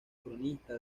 cronista